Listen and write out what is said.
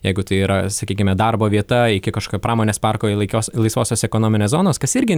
jeigu tai yra sakykime darbo vieta iki kažkokio pramonės parko laikios laisvosios ekonominės zonos kas irgi